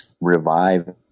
revive